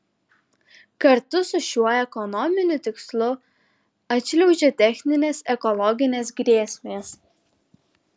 kartu su šiuo ekonominiu tikslu atšliaužia techninės ekologinės grėsmės